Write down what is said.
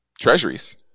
treasuries